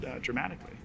dramatically